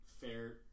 fair